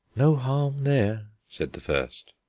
no harm there, said the first.